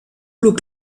look